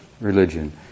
religion